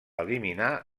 eliminar